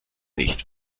nicht